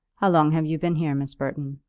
how long have you been here, miss burton?